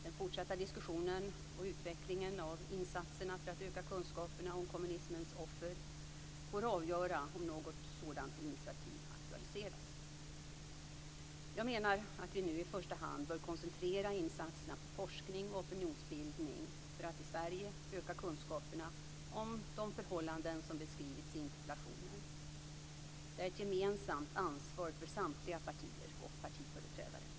Den fortsatta diskussionen och utvecklingen av insatserna för att öka kunskaperna om kommunismens offer får avgöra om något sådant initiativ aktualiseras. Jag menar att vi nu i första hand bör koncentrera insatserna på forskning och opinionsbildning för att i Sverige öka kunskaperna om de förhållanden som beskrivits i interpellationen. Det är ett gemensamt ansvar för samtliga partier och partiföreträdare.